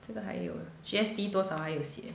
这个还有 G_S_T 多少还有写